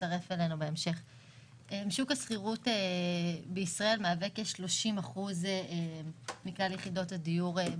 שוק השכירות מהווה בערך פחות מאחוז אחד.